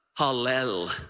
Hallel